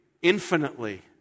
Infinitely